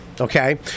Okay